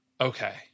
okay